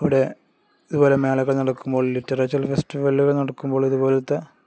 ഇവിടെ ഇതുപോലെ മേളകൾ നടക്കുമ്പോൾ ലിറ്ററേച്ചര് ഫെസ്റ്റിവലുകൾ നടക്കുമ്പോൾ ഇതുപോലത്തെ